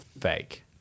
fake